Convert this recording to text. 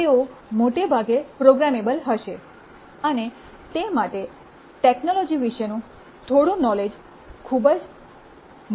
તેઓ મોટે ભાગે પ્રોગ્રામેબલ હશે અને તે માટે ટેક્નોલજી વિષેનું થોડું નોલેજ વિશે ખૂબ મહત્વનું છે